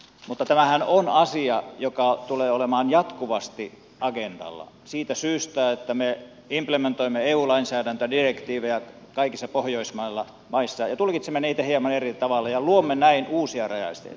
mutta tämähän on asia joka tulee olemaan jatkuvasti agendalla siitä syystä että me implementoimme eu lainsäädäntödirektiivejä kaikissa pohjoismaissa ja tulkitsemme niitä hieman eri tavalla ja luomme näin uusia rajaesteitä